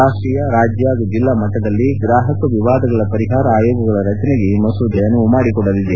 ರಾಷ್ಷೀಯ ರಾಜ್ಯ ಹಾಗೂ ಜಿಲ್ಲಾ ಮಟ್ಟಗಳಲ್ಲಿ ಗ್ರಾಹಕ ವಿವಾದಗಳ ಪರಿಹಾರ ಆಯೋಗಗಳ ರಚನೆಗೆ ಈ ಮಸೂದೆ ಅನುವು ಮಾಡಿಕೊಡಲಿದೆ